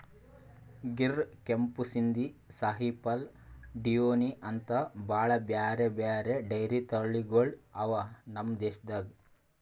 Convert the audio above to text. ಗಿರ್, ಕೆಂಪು ಸಿಂಧಿ, ಸಾಹಿವಾಲ್, ಡಿಯೋನಿ ಅಂಥಾ ಭಾಳ್ ಬ್ಯಾರೆ ಬ್ಯಾರೆ ಡೈರಿ ತಳಿಗೊಳ್ ಅವಾ ನಮ್ ದೇಶದಾಗ್